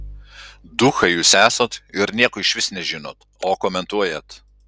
duchai jūs esat ir nieko išvis nežinot o komentuojat